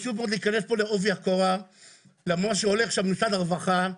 צריך להיכנס לעובי הקורה ולמה שקורה במשרד הרווחה,